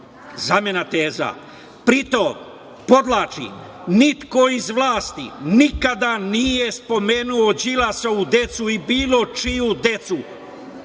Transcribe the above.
Zamena teza. Pritom, podvlačim, niko iz vlasti nikada nije spomenuo Đilasovu decu i bilo čiju decu